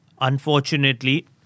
unfortunately